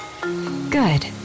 Good